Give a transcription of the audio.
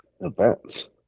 events